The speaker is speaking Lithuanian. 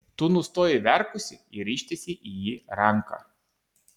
tu nustojai verkusi ir ištiesei į jį ranką